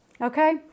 Okay